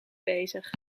bezig